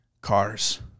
cars